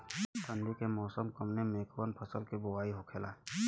ठंडी के मौसम कवने मेंकवन फसल के बोवाई होखेला?